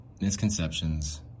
misconceptions